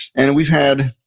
and we've had,